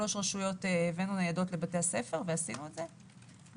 שלוש רשויות הבאנו ניידות לבתי הספר ועשינו את זה,